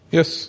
Yes